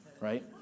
right